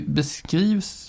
beskrivs